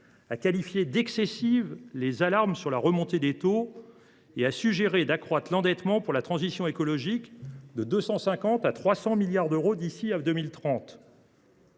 à qualifier d’excessives les alarmes sur la remontée des taux et à suggérer d’accroître l’endettement pour la transition écologique, de 250 milliards d’euros à 300